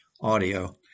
audio